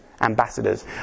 ambassadors